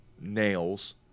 nails